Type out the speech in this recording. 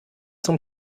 zum